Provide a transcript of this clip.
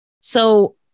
So-